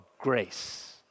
grace